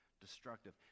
destructive